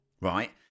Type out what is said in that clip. right